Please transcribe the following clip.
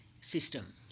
system